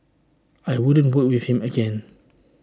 I wouldn't with him again